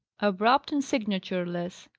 abrupt and signatureless,